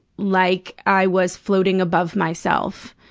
like i was floating above myself,